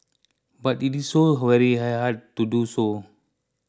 but it is so very hard hard to do so